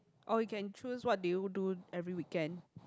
or you can choose what did you do every weekend